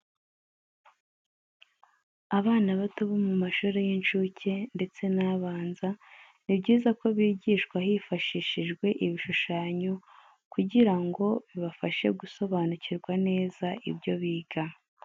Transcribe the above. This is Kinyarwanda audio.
Abana bato bo mu mashuri y’inshuke ndetse n’abanza, ni byiza ko bigishwa hifashishijwe ibishushanyo kugira ngo bibafashe gusobanukirwa neza ibyo biga.